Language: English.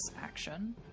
action